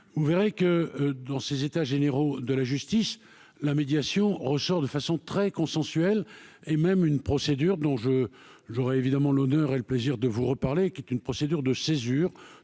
vous verrez que dans ces états généraux de la justice, la médiation ressort de façon très consensuel, et même une procédure dont je j'aurais évidemment l'honneur et le plaisir de vous reparler, qui est une procédure de césure,